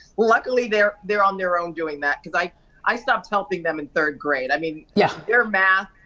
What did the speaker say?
luckily they're they're on their own doing that cause i i stopped helping them in third grade, i mean, yeah their math,